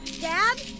Dad